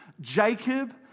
Jacob